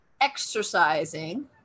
exercising